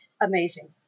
amazing